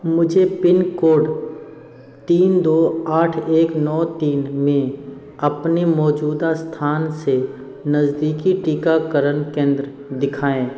मुझे pin code तीन दो आठ एक नौ तीन में अपने मौजूदा स्थान से नज़दीकी टीकाकरण केंद्र दिखाएँ